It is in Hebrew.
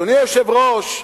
אדוני היושב-ראש,